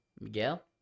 Miguel